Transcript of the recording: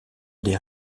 des